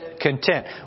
content